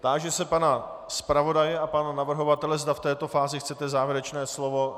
Táži se pana zpravodaje a pana navrhovatele, zda v této fázi chcete závěrečné slovo.